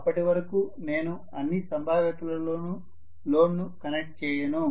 అప్పటి వరకు నేను అన్ని సంభావ్యతలలోనూ లోడ్ను కనెక్ట్ చేయను